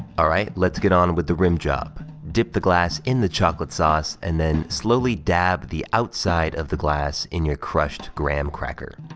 all right, let's get on with the rimjob. dip the glass in the chocolate sauce, and then slowly dab the outside of the glass in your crushed graham cracker.